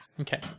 Okay